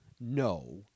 no